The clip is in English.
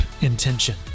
intention